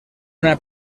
una